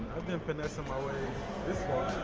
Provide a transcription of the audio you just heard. i've been finessing my way this